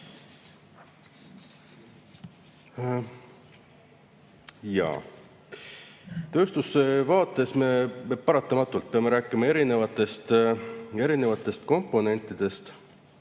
Tööstuse vaates me paratamatult peame rääkima erinevatest komponentidest.